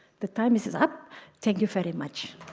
the time is is up thank you very much